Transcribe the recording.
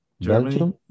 Germany